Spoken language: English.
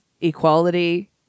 equality